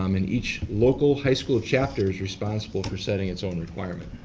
um and each local high school chapter is responsible for setting its own requirement.